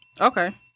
Okay